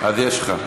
אז יש לך.